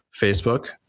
Facebook